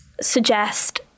suggest